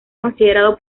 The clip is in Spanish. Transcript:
considerado